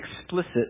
explicit